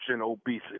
obesity